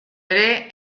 ere